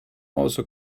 also